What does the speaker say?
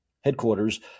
headquarters